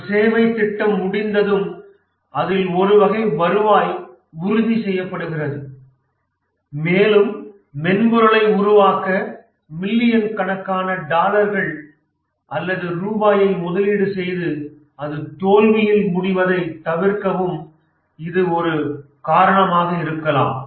ஒரு சேவை திட்டம் முடிந்ததும் அதில் ஒரு வகை வருவாய் உறுதி செய்யப்படுகிறது மேலும் மென்பொருளை உருவாக்க மில்லியன் கணக்கான டாலர்கள் அல்லது ரூபாயை முதலீடு செய்து அது தோல்வியில் முடிவதை தவிர்க்க இதுவும் ஒரு காரணம் இருக்கலாம்